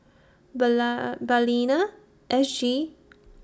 Balina S G